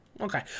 okay